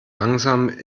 langsam